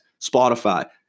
Spotify